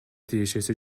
тиешеси